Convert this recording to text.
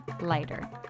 lighter